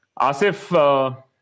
Asif